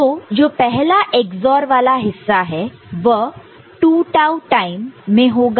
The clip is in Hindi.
तो जो पहला XOR वाला हिस्सा है वह 2 टाऊ टाइम में होगा